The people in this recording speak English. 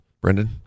brendan